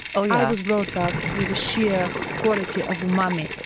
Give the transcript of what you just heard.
ah yeah i was brought up with the sheer quality of umami.